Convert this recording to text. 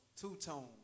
two-tone